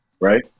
right